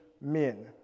men